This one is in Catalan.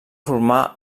formar